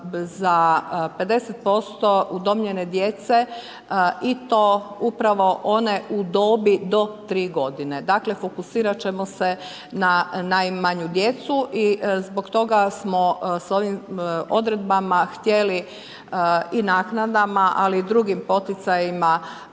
za 50% udomljene djece i to upravo one u dobi od 3 g. Dakle, fokusirati ćemo se na najmanju djecu i zbog toga smo s ovim odredbama i naknadama, ali i drugim poticajima,